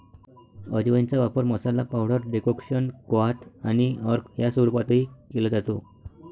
अजवाइनचा वापर मसाला, पावडर, डेकोक्शन, क्वाथ आणि अर्क या स्वरूपातही केला जातो